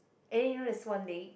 and you know there's one day